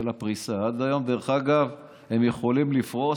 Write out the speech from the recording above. עד היום הם יכולים לפרוס,